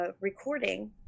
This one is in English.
recording